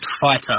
fighter